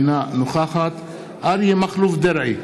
אינה נוכחת אריה מכלוף דרעי,